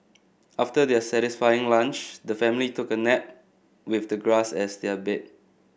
after their satisfying lunch the family took a nap with the grass as their bed